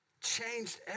Changed